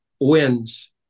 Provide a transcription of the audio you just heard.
wins